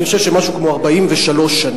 אני חושב שמשהו כמו 43 שנים.